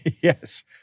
Yes